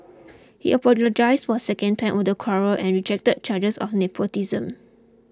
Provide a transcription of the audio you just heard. he apologised for a second time over the quarrel and rejected charges of nepotism